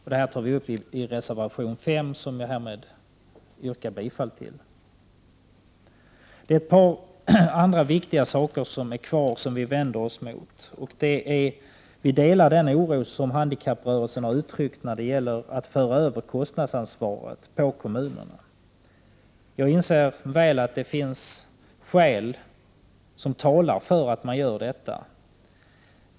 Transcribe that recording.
Saken tas upp i reservation 5, som jag härmed yrkar bifall till. Det är ett par andra viktiga saker som vi också vänder oss emot. Vi delar den oro som handikapprörelsen har uttryckt när det gäller att föra över kostnadsansvaret på kommunerna. Jag inser mycket väl att det finns skäl som talar för att man bör göra detta.